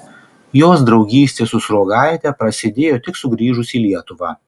jos draugystė su sruogaite prasidėjo tik sugrįžus į lietuvą